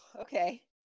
Okay